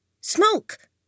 Smoke